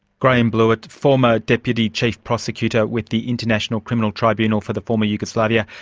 graham blewitt, former deputy chief prosecutor with the international criminal tribunal for the former yugoslavia,